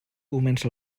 comença